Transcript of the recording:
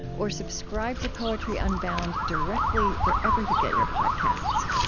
or subscribe to poetry unbound directly wherever you get your podcasts